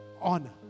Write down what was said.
honor